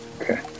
Okay